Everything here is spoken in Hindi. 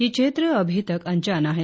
ये क्षेत्र अभी तक अनजाना है